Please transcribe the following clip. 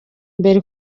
imbere